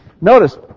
Notice